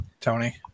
Tony